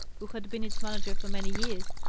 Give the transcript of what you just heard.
who had been its manager for many years,